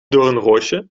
doornroosje